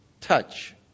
Touch